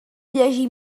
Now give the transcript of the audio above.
llegir